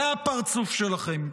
זה הפרצוף שלכם.